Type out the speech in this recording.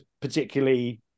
particularly